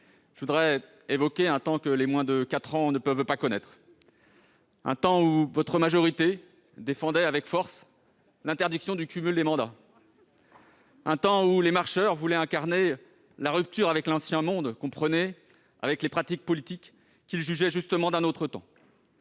Je voudrais évoquer un temps que les moins de 4 ans ne peuvent pas connaître. Un temps où votre majorité défendait avec force l'interdiction du cumul des mandats ; un temps où les « marcheurs » voulaient incarner la rupture avec l'ancien monde, c'est-à-dire avec les pratiques politiques qu'ils jugeaient d'un autre temps.